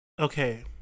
Okay